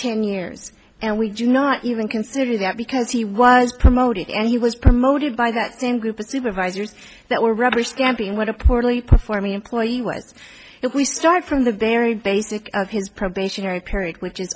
ten years and we do not even consider that because he was promoted and he was promoted by the acting group of supervisors that were rubber stamping what a poorly performing employee was if we start from the very basic of his probationary period which is